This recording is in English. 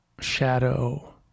shadow